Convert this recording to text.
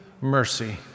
mercy